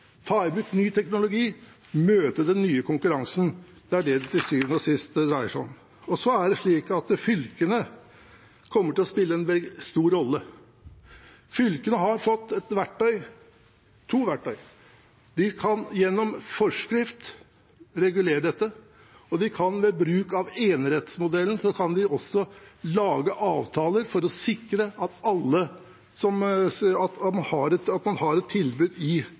ta i bruk ny teknologi og møte den nye konkurransen. Det er det det til syvende og sist dreier seg om. Fylkene kommer til å spille en stor rolle. Fylkene har fått to verktøy. De kan gjennom forskrift regulere dette, og de kan ved bruk av enerettsmodellen også lage avtaler for å sikre at man har et tilbud i